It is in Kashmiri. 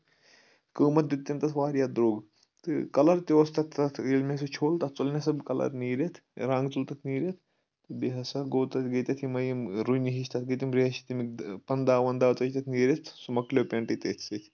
قۭمَتھ دیُت تِم تَتھ واریاہ درٛوگ تہٕ کَلَر تہِ اوس تَتھ تَتھ ییٚلہِ مےٚ سُہ چھوٚل تَتھ ژوٚل مےٚ سۄ بہٕ کَلَر نیٖرِتھ رنٛگ ژوٚل تَتھ نیٖرِتھ بیٚیہِ ہَسا گوٚو تَتھ گٔتتھ یِمَے یِم رُنی ہِش تَتھ گٔے تِم ریشہِ تمیُک پَنٛداہ وَنداہ ژجۍ چھِ تَتھ نیٖرِتھ سُہ مۄکلیو پؠنٛٹٕے تٔتھۍ سۭتۍ